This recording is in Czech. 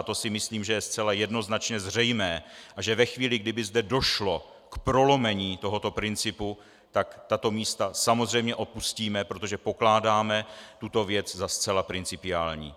A to si myslím, že je zcela jednoznačně zřejmé, a že ve chvíli, kdy by zde došlo k prolomení tohoto principu, tak tato místa samozřejmě opustíme, protože pokládáme tuto věc za zcela principiální.